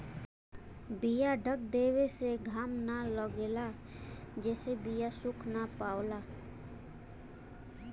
बीया ढक देवे से घाम न लगेला जेसे बीया सुख ना पावला